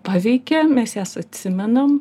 paveikia mes jas atsimenam